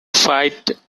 fight